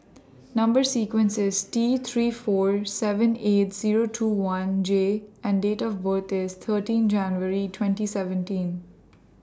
Number sequence IS T three four seven eight Zero two one J and Date of birth IS thirteen January twenty seventeen